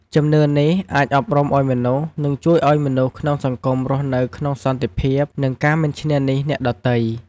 ជំនឿនេះអាចអប់រំមនុស្ស និងជួយឲ្យមនុស្សក្នុងសង្គមរស់នៅក្នុងសន្តិភាព និងការមិនឈ្នានីសអ្នកដទៃ។